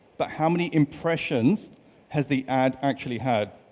but how many impressions has the ad actually had.